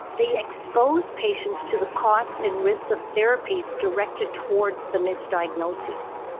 they expose patients to the costs and risks of therapies directed towards the misdiagnosis.